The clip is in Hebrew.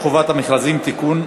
הצעת חוק חובת המכרזים (תיקון,